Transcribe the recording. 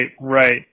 right